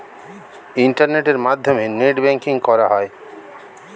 ইন্টারনেটের মাধ্যমে net banking করা হয়